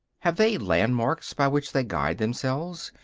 have they landmarks by which they guide themselves,